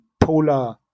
polar